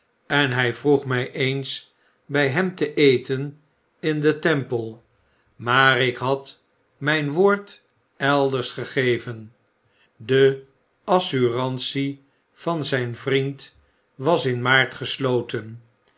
en hij vroeg mij eens by hem te eten in de temple maar ik had myn woord elders gegeven de assurantie van zyn vriend was in maart gesloten